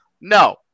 No